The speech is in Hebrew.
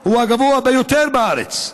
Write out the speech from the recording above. הוא הגבוה ביותר בארץ.